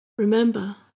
Remember